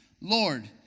Lord